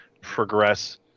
progress